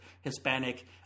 Hispanic